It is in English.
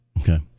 Okay